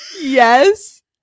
yes